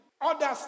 others